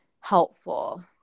helpful